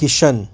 Kishan